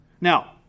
Now